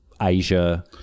Asia